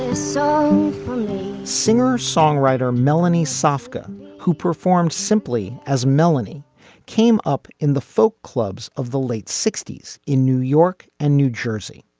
ah so singer songwriter melanie soca who performed simply as melanie came up in the folk clubs of the late sixty s in new york and new jersey.